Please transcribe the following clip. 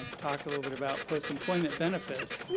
talk a little bit about post-employment benefits. whoo.